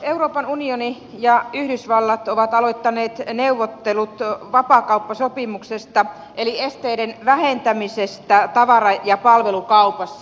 euroopan unioni ja yhdysvallat ovat aloittaneet neuvottelut vapaakauppasopimuksesta eli esteiden vähentämisestä tavara ja palvelukaupassa